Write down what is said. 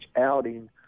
outing